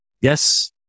yes